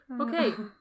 okay